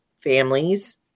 families